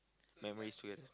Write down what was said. memories with